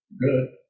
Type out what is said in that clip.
good